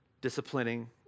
disciplining